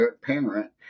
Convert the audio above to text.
parent